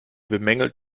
bemängelt